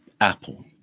Apple